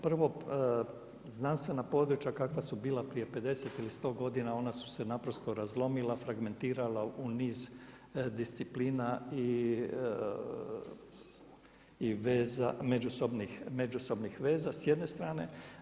Prvo, znanstvena područja kakva su bila prije 50 ili 100 godina ona su se naprosto razlomila, fragmentirala u niz disciplina i međusobnih veza s jedne strane.